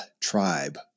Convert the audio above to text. tribe